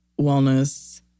wellness